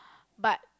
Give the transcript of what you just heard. but